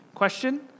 question